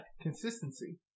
Consistency